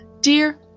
Dear